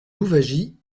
louwagie